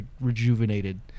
rejuvenated